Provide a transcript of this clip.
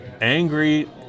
angry